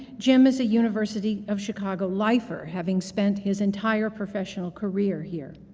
jim is a university of chicago lifer, having spent his entire professional career here.